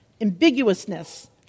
Ambiguousness